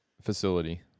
facility